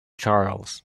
charles